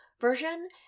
version